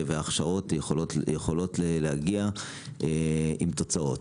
והכשרות יכולות להגיע עם תוצאות.